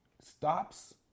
stops